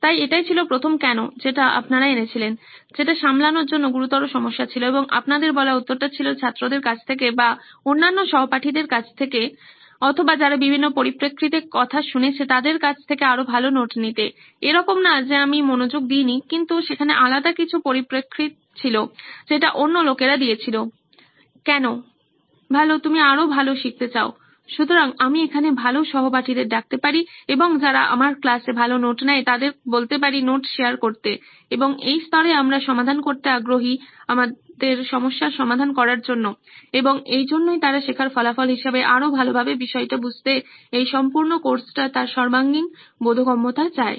তাই এটাই ছিল প্রথম কেন যেটা আপনারা এনেছিলেন যেটা সামলানোর জন্য গুরুতর সমস্যা ছিল এবং আপনাদের বলা উত্তরটা ছিল ছাত্রদের কাছ থেকে বা অন্যান্য সহপাঠীদের কাছে অথবা যারা বিভিন্ন পরিপ্রেক্ষিতে কথা শুনেছে তাদের কাছ থেকে আরো ভালো নোট নিতে এরকম না যে আমি মনোযোগ দিইনি কিন্তু সেখানে আলাদা কিছু পরিপ্রেক্ষিত ছিল যেটা অন্য লোকেরা দিয়েছিল কেন ভালো তুমি আরও ভালো শিখতে চাও সুতরাং আমি এখানে ভালো সহপাঠীদের ডাকতে পারি এবং যারা আমার ক্লাসে ভালো নোট নেয় তাদের বলতে পারি নোট শেয়ার করতে এবং এই স্তরে আমরা সমাধান করতে আগ্রহী আমাদের সমস্যার সমাধান করার জন্য এবং এই জন্যই তারা শেখার ফলাফল হিসেবে আরো ভালভাবে বিষয়টা বুঝতে এই সম্পূর্ণ কোর্সটা তার সর্বাঙ্গীন বোধগম্যতা চায়